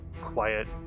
quiet